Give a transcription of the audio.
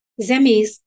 Zemis